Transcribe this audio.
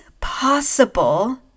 possible